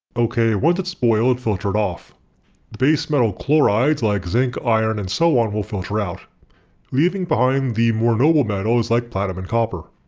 okay once it's boiled filter it off. the base metal chlorides like zinc, iron and so on will filter out leaving behind the more noble metals like platinum and copper.